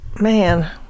man